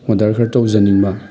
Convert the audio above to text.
order ꯈꯔ ꯇꯧꯖꯅꯤꯡꯕ